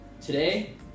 today